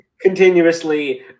continuously